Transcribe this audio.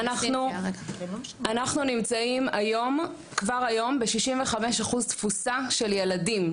אנחנו נמצאים היום כבר היום ב-65% תפוסה של ילדים,